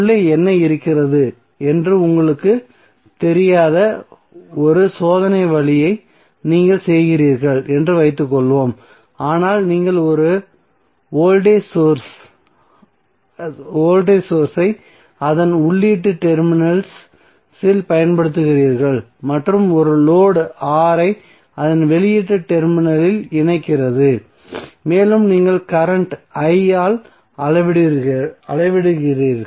உள்ளே என்ன இருக்கிறது என்று உங்களுக்குத் தெரியாத ஒரு சோதனை வழியை நீங்கள் செய்கிறீர்கள் என்று வைத்துக்கொள்வோம் ஆனால் நீங்கள் ஒரு வோல்டேஜ் சோர்ஸ் ஐ அதன் உள்ளீட்டு டெர்மினல்ஸ் இல் பயன்படுத்துகிறீர்கள் மற்றும் ஒரு லோடு R ஐ அதன் வெளியீட்டு டெர்மினல் இல் இணைக்கிறது மேலும் நீங்கள் கரண்ட்ம் ஐ அளவிடுகிறீர்கள்